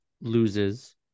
loses